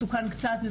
מסוכן קצת,